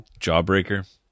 Jawbreaker